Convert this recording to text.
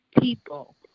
people